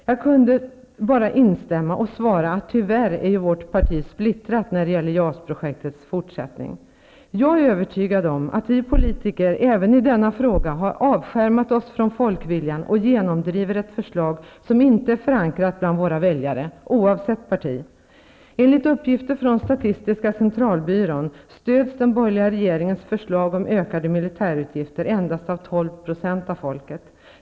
Jag kunde bara instämma och svara att vårt parti tyvärr är splittrat när det gäller JAS-projektets fortsättning. Jag är övertygad om att vi politiker även i denna fråga har avskärmat oss från folkviljan och genomdriver ett förslag som inte är förankrat bland våra väljare, oavsett parti. Enligt uppgifter från statistiska centralbyrån stöds den borgerliga regeringens förslag om ökade militärutgifter av endast 12 % av folket.